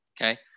okay